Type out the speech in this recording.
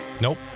Nope